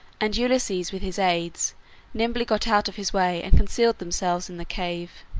and ulysses with his aids nimbly got out of his way and concealed themselves in the cave.